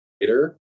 later